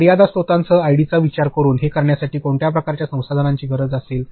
तर मर्यादित स्त्रोतासह आयडीचा विचार करुन हे करण्यासाठी कोणत्या प्रकारच्या संसाधनांची आवश्यकता असेल